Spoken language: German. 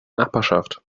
nachbarschaft